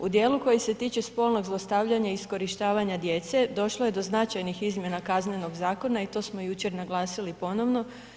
U dijelu koji se tiče spolnog zlostavljanja i iskorištavanja djece došlo je do značajnih izmjena Kaznenog zakona i to smo jučer naglasili ponovno.